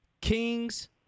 Kings